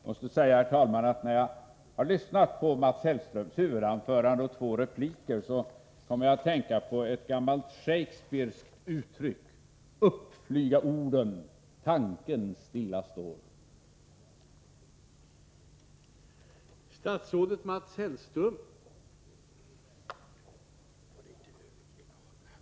Jag måste säga, herr talman, att när jag lyssnat till Mats Hellströms huvudanförande och två repliker kom jag att tänka på ett gammalt Shakespeareskt uttryck: ”Upp flyga orden, tanken stilla står.”